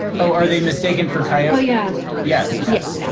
oh, are they mistaken for coyote? oh yeah. yes, yes, yeah